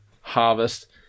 harvest